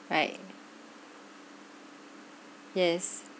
right yes